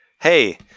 hey